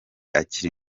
akiri